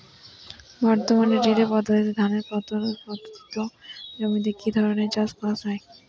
বর্তমানে রিলে পদ্ধতিতে ধানের পতিত জমিতে কী ধরনের চাষ করা হয়?